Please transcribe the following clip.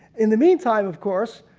in the meantime, of course,